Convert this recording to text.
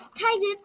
Tigers